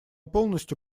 полностью